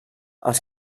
els